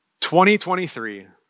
2023